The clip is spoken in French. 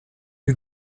lui